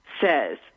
says